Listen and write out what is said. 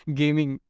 gaming